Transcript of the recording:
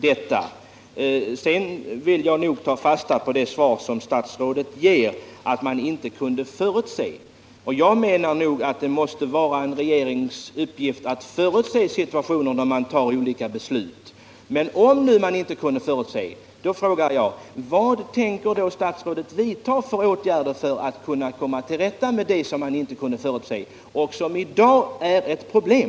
Sedan vill jag ta fasta på det svar som statsrådet har givit, dvs. att man inte kunde förutse någonting. Jag menar att det hör till en regerings uppgifter att förutse situationer när den fattar beslut. Om regeringen nu inte kunde förutse detta vill jag fråga: Vilka åtgärder tänker statsrådet vidta för att komma till rätta med det som man inte kunde förutse och som i dag är ett problem?